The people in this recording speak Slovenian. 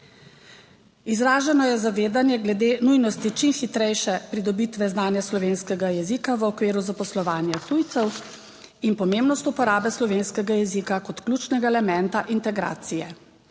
Izraženo je zavedanje glede nujnosti čim hitrejše pridobitve znanja slovenskega jezika v okviru zaposlovanja tujcev in pomembnost uporabe slovenskega jezika kot ključnega elementa integracije.